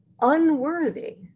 unworthy